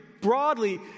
broadly